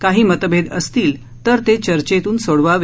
काही मतभेद असतील तर ते चर्चेतून सोडवावे